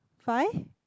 five